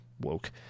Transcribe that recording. woke